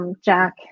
Jack